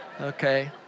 Okay